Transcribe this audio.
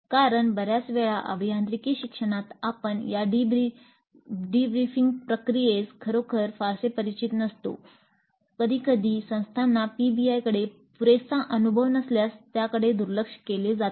कारण बर्याच वेळा अभियांत्रिकी शिक्षणात आपण या डिब्रीफिंग प्रक्रियेस खरोखर फारसे परिचित नसतो कधीकधी संस्थांना पीबीआयकडे पुरेसा अनुभव नसल्यास त्याकडे दुर्लक्ष केले जाते